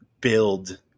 build